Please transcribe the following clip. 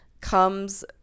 comes